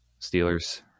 Steelers